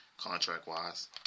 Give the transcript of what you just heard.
contract-wise